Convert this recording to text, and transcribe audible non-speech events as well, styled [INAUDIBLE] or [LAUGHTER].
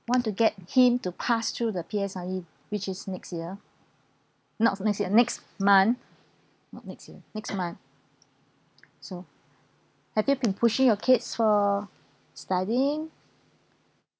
want to get him to pass through the P_S_L_E which is next year not next year next month not next year next month so [BREATH] have you been pushing your kids for studying